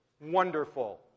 Wonderful